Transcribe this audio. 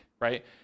right